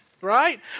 right